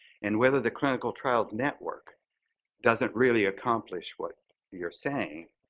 and whether the clinical trials network doesn't really accomplish what you're saying,